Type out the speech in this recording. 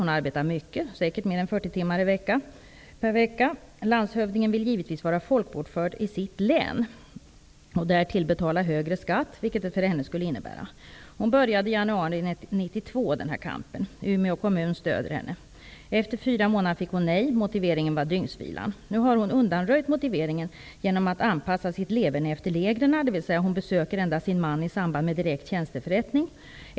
Hon arbetar mycket -- säkert mer än 40 timmar per vecka. Landshövdingen vill givetvis vara folkbokförd i sitt län och därtill betala högre skatt, vilket en folkbokföring där skulle innebära för henne. Hon började kampen för detta i januari 1992. Umeå kommun stöder henne. Efter fyra månader fick hon nej. Motiveringen var dygnsvilan. Nu har hon undanröjt det förhållande som motiveringen grundade sig på och anpassat sitt leverne efter reglerna. Hon besöker endast sin man i samband med direkt tjänsteförrättning.